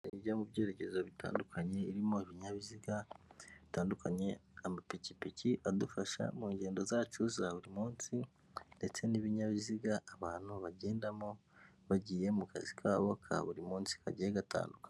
Ujya mu byerekezo bitandukanye irimo ibinyabiziga bitandukanye amapikipiki adufasha mu ngendo zacu za buri munsi ndetse n'ibinyabiziga abantu bagendamo bagiye mu kazi kabo ka buri munsi kagiye gatandukanye.